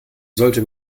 sollte